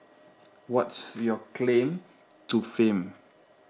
what's your claim to fame